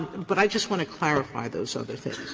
but i just want to clarify those other things.